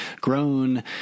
grown